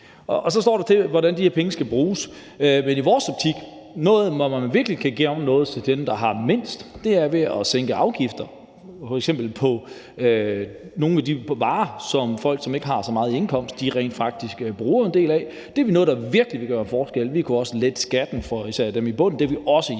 Og så står der, hvordan de her penge skal bruges, men i vores optik er noget, som virkelig kan gavne dem, der har mindst, at sænke afgifter, f.eks. på nogle af de varer, som folk, som ikke har så meget indkomst, rent faktisk bruger en del af. Det var noget, der virkelig ville gøre en forskel. Vi kunne også lette skatten for især dem i bunden. Det ville også hjælpe